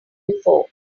before